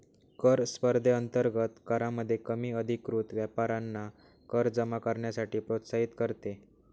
कर स्पर्धेअंतर्गत करामध्ये कमी अधिकृत व्यापाऱ्यांना कर जमा करण्यासाठी प्रोत्साहित करते